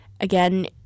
again